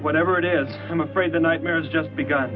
whatever it is i'm afraid the nightmare is just because